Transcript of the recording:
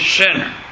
sinner